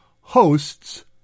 hosts